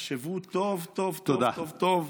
תחשבו טוב טוב טוב.